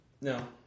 No